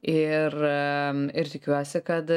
ir ir tikiuosi kad